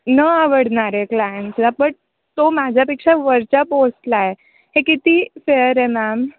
न आवडणारे क्लायंट्सला बट तो माझ्यापेक्षा वरच्या पोस्टला आहे हे किती फेअर आहे मॅम